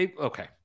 Okay